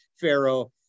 Pharaoh